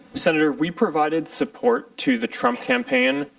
senator, we provided support to the trump campaign,